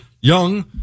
young